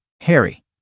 Harry